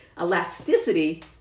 Elasticity